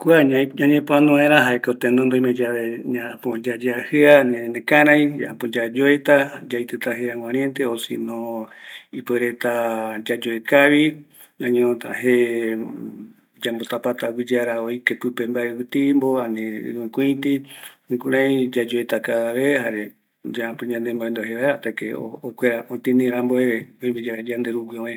Kua ñañepoano vaeta, jaeko yayeajɨa yave, ñeñekaraï yave, yayoeta, yaitita je aguariete, yayoekavi, yambotapa aguiteara ojo je ɨvɨ timbo, ɨvɨikuiti, jukurai yayoeta ojo okuereregua